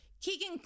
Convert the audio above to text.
Keegan